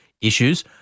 issues